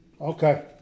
Okay